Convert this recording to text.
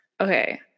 okay